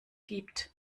gibt